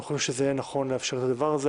אנחנו חושבים שיהיה נכון לאפשר את הדבר הזה,